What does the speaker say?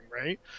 right